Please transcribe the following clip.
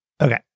Okay